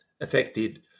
affected